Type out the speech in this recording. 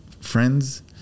Friends